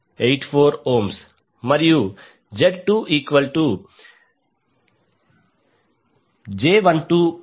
84 మరియు Z2j12||4j124j1243